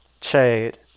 Chad